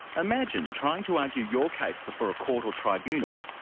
imagine trying to argue your case before a court or tribunal,